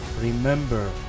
remember